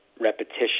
repetition